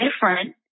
different